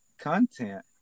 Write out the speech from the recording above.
content